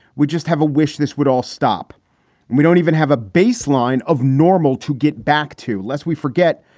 we just have a wish this would all stop and we don't even have a baseline of normal to get back to. lest we forget,